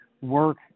work